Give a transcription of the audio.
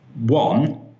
one